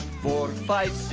four, five,